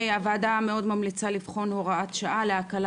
הוועדה מאוד ממליצה לבחון הוראת שעה להקלה